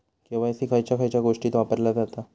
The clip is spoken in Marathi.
के.वाय.सी खयच्या खयच्या गोष्टीत वापरला जाता?